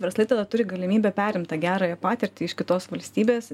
verslai tada turi galimybę perimt tą gerąją patirtį iš kitos valstybės